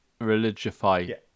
religify